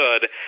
good